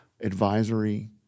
advisory